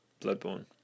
Bloodborne